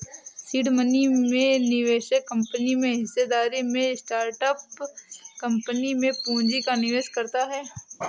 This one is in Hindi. सीड मनी में निवेशक कंपनी में हिस्सेदारी में स्टार्टअप कंपनी में पूंजी का निवेश करता है